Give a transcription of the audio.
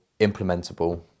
implementable